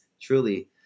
truly